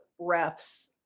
refs